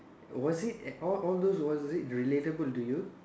was it all all those was it relatable to you